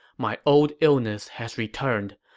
my old illness has returned.